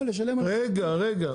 אבל לשלם --- רגע, רגע.